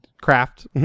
craft